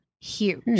Huge